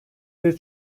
bir